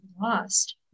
lost